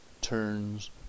turns